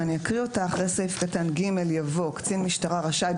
ואני אקריא אותה: אחרי סעיף קטן (ג) יבוא: קצין משטרה רשאי,